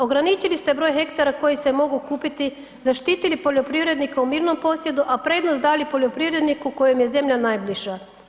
Ograničili ste broj hektara koji se mogu kupiti, zaštitili poljoprivrednika u mirnom posjedu, a prednost dali poljoprivredniku kojem je zemlja najbliža.